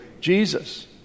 Jesus